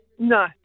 No